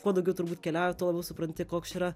kuo daugiau turbūt keliauji tuo labiau supranti koks čia yra